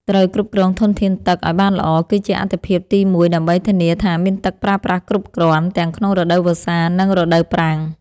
ត្រូវគ្រប់គ្រងធនធានទឹកឱ្យបានល្អគឺជាអាទិភាពទីមួយដើម្បីធានាថាមានទឹកប្រើប្រាស់គ្រប់គ្រាន់ទាំងក្នុងរដូវវស្សានិងរដូវប្រាំង។